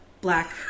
black